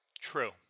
True